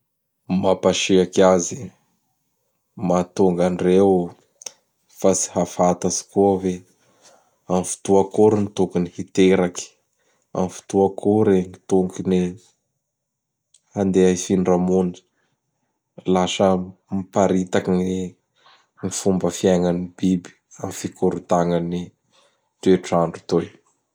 Mampasiaky azy, mahatonga andreo fa tsy hahafatatsy koa hoe: ''amin'ny fotoa akory no tokony hiteraky? Amin'ny fotoa akory tokony andeha hifindra mony? Lasa miparitaky gny gny fomba fiaignan'ny biby, amin'ny fikorotagnan'ny toetr'andro toy.